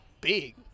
big